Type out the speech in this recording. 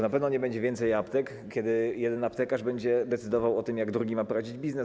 Na pewno nie będzie więcej aptek, kiedy jeden aptekarz będzie decydował o tym, jak drugi ma prowadzić biznes.